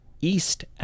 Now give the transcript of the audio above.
East